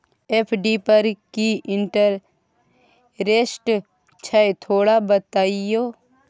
FD पर की interest छय थोरा बतईयो?